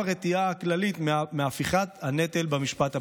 הרתיעה הכללית מהפיכת הנטל במשפט פלילי,